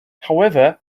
however